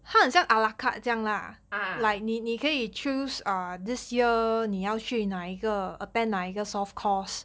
ah